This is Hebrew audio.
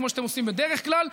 כמו שאתם עושים בדרך כלל.